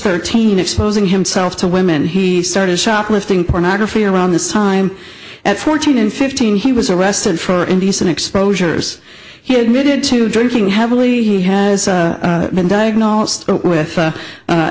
thirteen exposing himself to women he started shoplifting pornography around this time at fourteen and fifteen he was arrested for indecent exposure he admitted to drinking heavily he has been diagnosed with